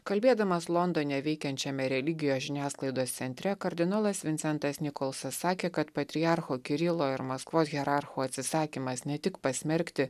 kalbėdamas londone veikiančiame religijos žiniasklaidos centre kardinolas vincentas nikolsas sakė kad patriarcho kirilo ir maskvos hierarchų atsisakymas ne tik pasmerkti